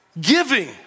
Giving